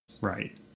Right